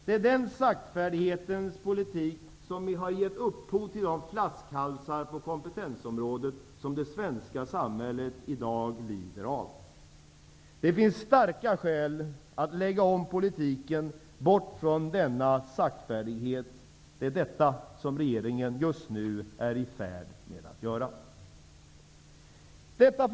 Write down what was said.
Det är den saktfärdighetens politik som har gett upphov till de flaskhalsar på kompetensområdet som det svenska samhället lider av i dag. Det finns starka skäl att lägga om politiken bort från denna saktfärdighet. Detta är regeringen just nu i färd med att göra. Fru talman!